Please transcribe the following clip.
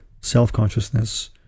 self-consciousness